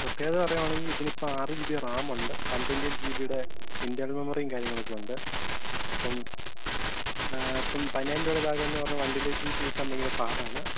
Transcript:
പ്രത്യേകത പറയുവാണെങ്കിൽ ഇതിനിപ്പം ആറ് ജി ബി റാമുണ്ട് വൺ ട്വൻറി ജി ബിയുടെ ഇന്റെർണൽ മെമ്മറിയും കാര്യങ്ങളൊക്കെയുണ്ട് അപ്പം അപ്പം പതിനായിരം രൂപയുടെ താഴെയെന്നുപറഞ്ഞാൽ വൺ ട്വൻറി ജി ബി കിട്ടാൻ ഭയങ്കര പാടാണ്